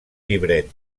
llibret